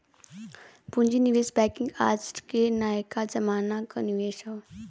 पूँजी निवेश बैंकिंग आज के नयका जमाना क निवेश हौ